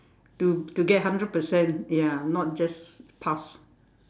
to to get hundred percent ya not just pass